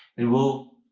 and we'll